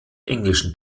englischen